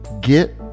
get